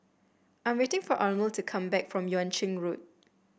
I'm waiting for Arnold to come back from Yuan Ching Road